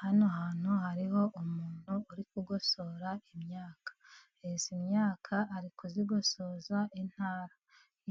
Hano hantu hariho umuntu uri kugosora imyaka. Ari kuzigosoza intara,